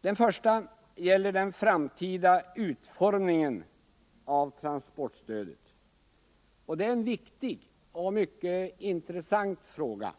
Den första gäller den framtida utformningen av transportstödet. Det är en viktig och mycket intressant fråga.